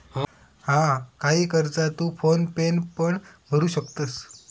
हा, काही कर्जा तू फोन पेन पण भरू शकतंस